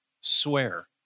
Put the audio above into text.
swear